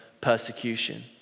Persecution